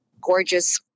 gorgeous